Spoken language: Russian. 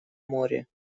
море